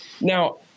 now